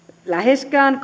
läheskään